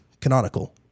Canonical